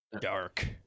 dark